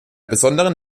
besonderen